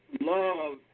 love